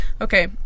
Okay